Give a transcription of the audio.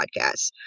podcasts